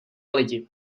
lidi